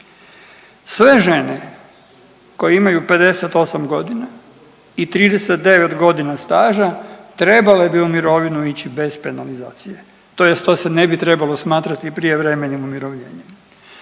Sve žene koje imaju 58.g. i 39.g. staža trebale bi u mirovinu ići bez penalizacije tj. to se ne bi trebalo smatrati prijevremenim umirovljenjem,